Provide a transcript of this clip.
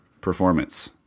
performance